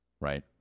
Right